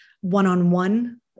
one-on-one